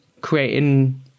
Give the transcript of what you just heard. creating